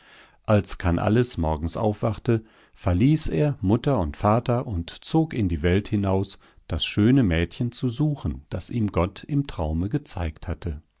als kannalles morgens aufwachte verließ er mutter und vater und zog in die welt hinaus das schöne mädchen zu suchen das ihm gott im traume gezeigt hatte